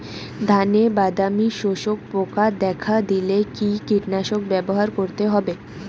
ধানে বাদামি শোষক পোকা দেখা দিলে কি কীটনাশক ব্যবহার করতে হবে?